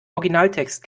originaltext